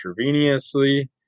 intravenously